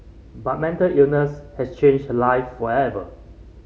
but mental illness has changed her life forever